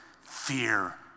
Fear